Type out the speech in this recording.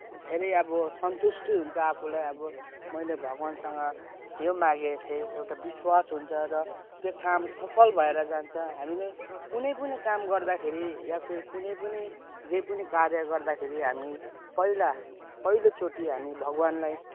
धेरै अब सन्तुष्टि हुन्छ आफूलाई अब मैले भगवान्सँग यो मागेको थिएँ एउटा विश्वास हुन्छ र त्यो काम सफल भएर जान्छ हामीले कुनै पनि काम गर्दाखेरि या फिर कुनै पनि जे पनि कार्य गर्दाखेरि हामी पहिला पहिलोचोटि हामी भगवान्लाई